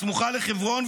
הסמוכה לחברון,